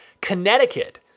Connecticut